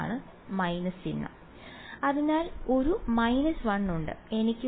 വിദ്യാർത്ഥി മൈനസ് ചിഹ്നം